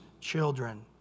children